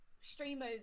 streamers